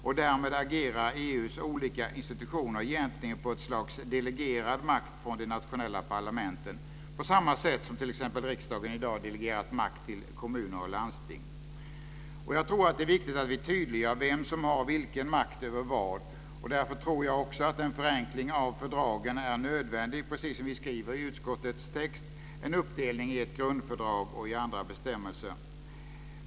Och därmed agerar EU:s olika institutioner egentligen på ett slags delegerad makt från de nationella parlamenten, på samma sätt som t.ex. riksdagen i dag delegerat makt till kommuner och landsting. Jag tror att det viktigt att vi tydliggör vem som har vilken makt över vad. Därför tror jag också att en förenkling av fördragen är nödvändig, precis som vi skriver i utskottets text, en uppdelning i ett grundfördrag och i andra bestämmelser.